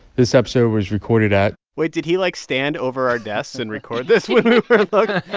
this episode was recorded at. wait. did he, like, stand over our desks and record this when but